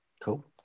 Cool